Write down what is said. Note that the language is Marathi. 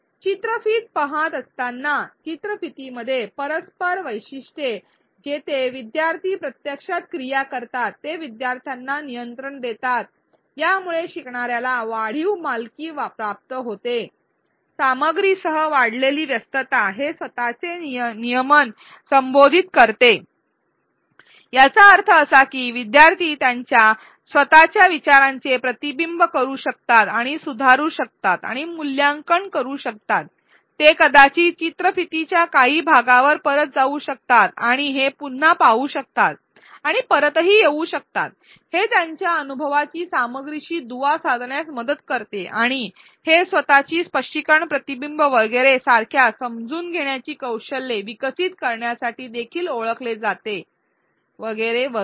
चित्रफित पहात असताना चित्रफितीमध्ये परस्पर वैशिष्ट्ये जेथे विद्यार्थी प्रत्यक्षात क्रिया करतात ते विद्यार्थ्यांना नियंत्रण देतात आणि यामुळे शिकणाऱ्यांला वाढीव मालकी प्राप्त होते सामग्रीसह वाढलेली व्यस्तता हे स्वतचे नियमन संबोधित करते याचा अर्थ असा की विद्यार्थी त्यांच्या स्वतःच्या विचारांचे प्रतिबिंब करू शकतात आणि सुधारू शकतात आणि मूल्यांकन करू शकतात ते कदाचित चित्रफितीच्या काही भागावर परत जाऊ शकतात आणि हे पुन्हा पाहू शकतात आणि परत येऊ शकतात हे त्यांच्या अनुभवाची सामग्रीशी दुवा साधण्यास मदत करते आणि हे स्वतची स्पष्टीकरण प्रतिबिंब वगैरे सारख्या समजून घेण्याची कौशल्ये विकसित करण्यासाठी देखील ओळखले जाते वगैरे वगैरे